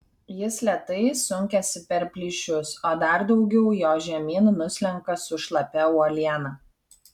jis lėtai sunkiasi per plyšius o dar daugiau jo žemyn nuslenka su šlapia uoliena